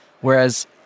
Whereas